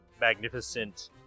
magnificent